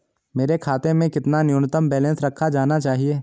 मेरे खाते में कितना न्यूनतम बैलेंस रखा जाना चाहिए?